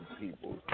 people